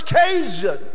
occasion